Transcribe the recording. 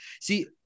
see